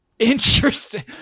Interesting